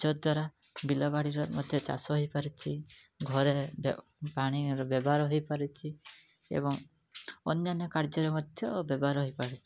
ଯଦ୍ଵାରା ବିଲ ବାଡ଼ିର ମଧ୍ୟ ଚାଷ ହୋଇପାରୁଛି ଘରେ ପାଣିର ବ୍ୟବହାର ହୋଇପାରୁଛି ଏବଂ ଅନ୍ୟାନ୍ୟ କାର୍ଯ୍ୟରେ ମଧ୍ୟ ବ୍ୟବହାର ହୋଇପାରୁଛି